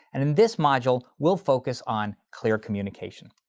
and in this module we'll focus on clear communication.